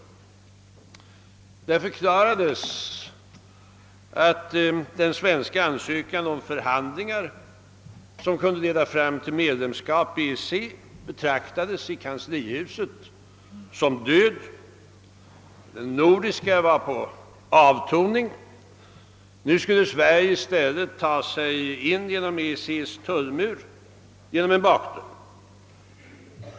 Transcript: I denna artikel förklarades att den svenska ansökan om förhandlingar, som kunde leda fram till medlemskap i EEC, i kanslihuset betraktades som död. Den nordiska var på avtoning — nu skulle Sverige i stället ta sig igenom EEC:s tullmur via en bakdörr.